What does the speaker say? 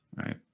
right